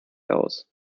aus